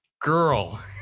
girl